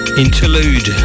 interlude